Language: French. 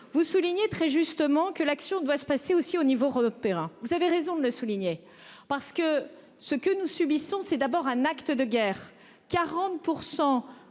Vous soulignez très justement que l'action doit se passer aussi au niveau repères hein. Vous avez raison de le souligner parce que ce que nous subissons, c'est d'abord un acte de guerre, 40%